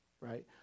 right